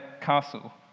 castle